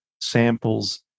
samples